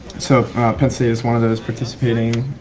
so penn state is one of those participating